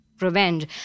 revenge